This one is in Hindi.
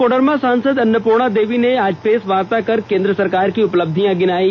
कोडरमा सांसद अन्नपूर्णा देवी ने आज प्रेसवार्ता कर केन्द्र सरकार की उपलब्धियां गिनायी